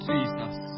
Jesus